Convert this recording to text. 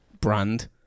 brand